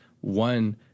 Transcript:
one